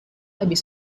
lebih